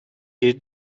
bir